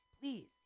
please